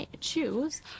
choose